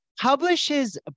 publishes